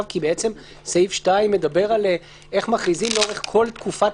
כי בעצם סעיף 2 מדבר על איך מכריזים לאורך כל תקופת